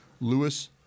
Lewis